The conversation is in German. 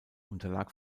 unterlag